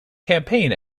campaign